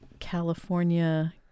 California